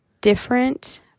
different